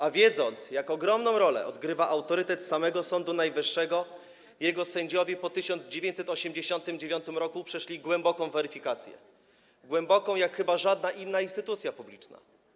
A wiedząc jak ogromną rolę odgrywa autorytet samego Sądu Najwyższego, jego sędziowie po 1989 r. przeszli głęboką weryfikację, tak głęboką jak chyba żadna inna instytucja publiczna.